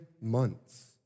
months